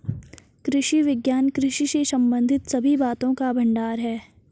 कृषि विज्ञान कृषि से संबंधित सभी बातों का भंडार है